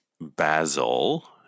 Basil